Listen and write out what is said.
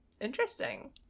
interesting